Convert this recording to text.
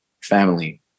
family